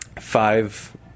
five